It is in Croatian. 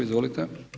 Izvolite.